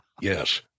Yes